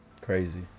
Crazy